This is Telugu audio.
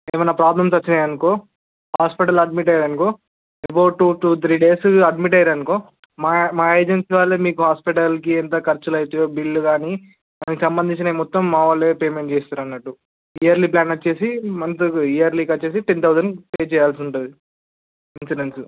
ఏమైనా ప్రాబ్లమ్స్ వచ్చినాయి అనుకో హాస్పిటల్లో అడ్మిట్ అయ్యారనుకో about two two three days admit అయిర్రు అనుకో మా మా ఏజెన్సీ వాళ్ళే మీకు హాస్పిటలకి ఎంత ఖర్చులైతాయో బిల్ కాని దానికి సంబంధించినవి మొత్తం మా వాళ్ళే పేమెంట్ చేస్తారు అన్నట్టు ఇయర్లీ ప్లాన్ వచ్చేసి మంత్ ఇయర్లీకి వచ్చేసి టెన్ థౌసండ్ పే చేయాల్సి ఉంటుంది ఇన్సూరెన్స్